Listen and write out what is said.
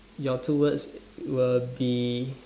your two words will be